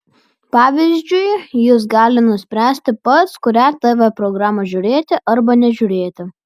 pavyzdžiui jis gali nuspręsti pats kurią tv programą žiūrėti arba nežiūrėti